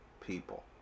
people